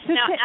Now